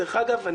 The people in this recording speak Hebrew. דרך אגב,